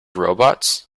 robots